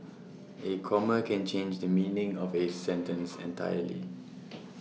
A comma can change the meaning of A sentence entirely